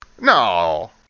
No